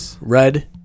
Red